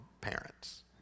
parents